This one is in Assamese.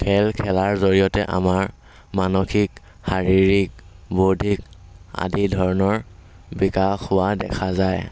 খেল খেলাৰ জৰিয়তে আমাৰ মানসিক শাৰীৰিক বৌদ্ধিক আদি ধৰণৰ বিকাশ হোৱা দেখা যায়